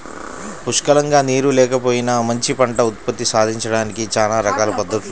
పుష్కలంగా నీరు లేకపోయినా మంచి పంట ఉత్పత్తి సాధించడానికి చానా రకాల పద్దతులున్నయ్